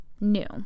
new